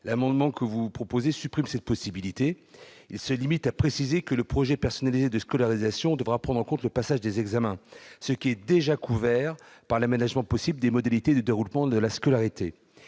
amendement supprime cette possibilité. Il se limite à préciser que le projet personnalisé de scolarisation devra prendre en compte le passage des examens, ce qui est déjà couvert par la possibilité d'aménagement des modalités de déroulement de la scolarité.